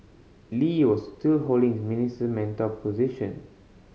Lee was still holding his Minister Mentor position